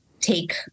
take